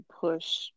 push